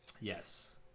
yes